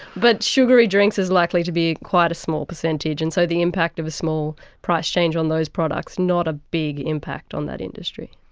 but sugary drinks is likely to be quite a small percentage. and so the impact of a small price change on those products, not a big impact on that industry.